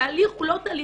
התהליך הוא לא תהליך,